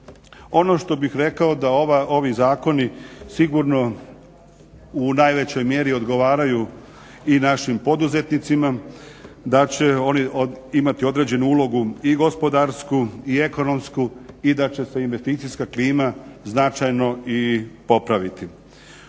Ono što bih rekao da ovi zakoni sigurno u najvećoj mjeri odgovaraju i našim poduzetnicima da će oni imati određenu ulogu i gospodarsku i ekonomsku i da će se investicijska klima značajno i popraviti.